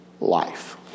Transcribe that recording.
life